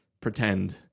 pretend